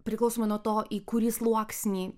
priklausomai nuo to į kurį sluoksnį